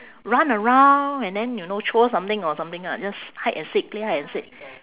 run around and then you know throw something or something ah just hide and seek play hide and seek